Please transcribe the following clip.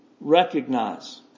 recognize